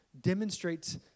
demonstrates